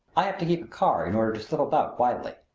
i have to keep a car in order to slip about quietly.